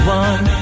one